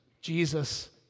Jesus